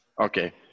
Okay